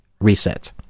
reset